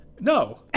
No